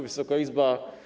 Wysoka Izbo!